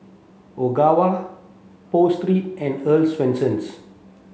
Ogawa Pho Street and Earl's Swensens